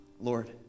Lord